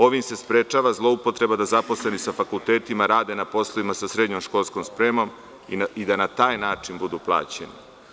Ovim se sprečava zloupotreba da zaposleni sa fakultetima rade na poslovima sa srednjom školskom spremom i da na taj način budu plaćeni.